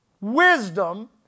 wisdom